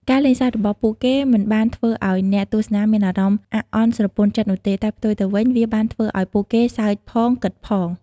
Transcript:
ការលេងសើចរបស់ពួកគេមិនបានធ្វើឲ្យអ្នកទស្សនាមានអារម្មណ៍អាក់អន់ស្រពន់ចិត្តនោះទេ តែផ្ទុយទៅវិញ វាបានធ្វើឲ្យពួកគេសើចផង គិតផង។